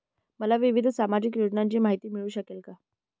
मला विविध सामाजिक योजनांची माहिती मिळू शकेल का?